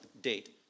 date